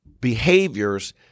behaviors